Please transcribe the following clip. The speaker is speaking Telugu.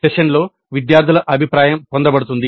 సెషన్లో విద్యార్థుల అభిప్రాయం పొందబడుతుంది